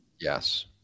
Yes